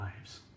lives